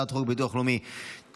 הצעת חוק ביטוח לאומי (תיקון,